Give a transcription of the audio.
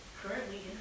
Currently